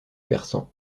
persan